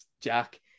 Jack